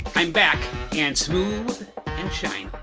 i'm back and smooth and shiny.